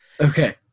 Okay